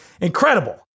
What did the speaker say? incredible